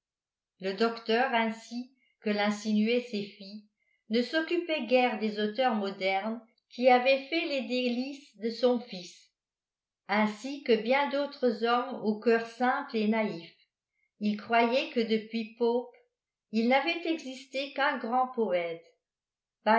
le docteur ainsi que l'insinuaient ses filles ne s'occupait guère des auteurs modernes qui avaient fait les délices de son fils ainsi que bien d'autres hommes au cœur simple et naïf il croyait que depuis pope il n'avait existé qu'un grand poète